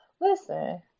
Listen